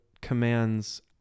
commands